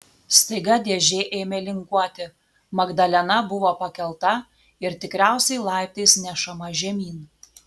staiga dėžė ėmė linguoti magdalena buvo pakelta ir tikriausiai laiptais nešama žemyn